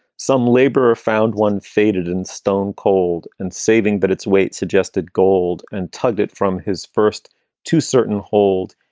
some labor found one faded in stone cold and saving that it's weight suggested gold and tugged it from his first to certain hold.